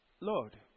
Lord